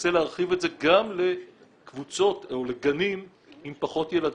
וננסה להרחיב את זה גם לקבוצות או לגנים עם פחות ילדים.